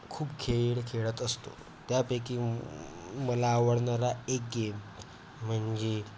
खूप खेळ खेळत असतो त्यापैकी मला आवडणारा एक गेम म्हणजे